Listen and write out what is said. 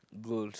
goals